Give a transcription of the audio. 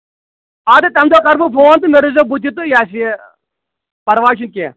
اَدٕ تَمہِ دۄہ کرٕ بہٕ فون تہٕ مےٚ روٗزۍزیو بٕتھِ تہٕ یہِ ہَسا یہِ پَرواے چھُنہٕ کیٚنہہ